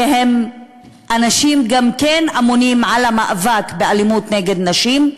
שגם הם אנשים האמונים על המאבק באלימות נגד נשים,